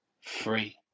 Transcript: free